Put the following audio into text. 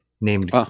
named